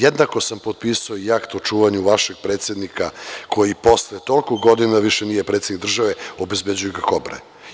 Jednako sam potpisao i akt o čuvanju vašeg predsednika koji posle toliko godina više nije predsednik države, a obezbeđuju ga „Kobre“